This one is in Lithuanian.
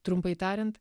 trumpai tariant